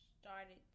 started